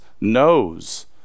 knows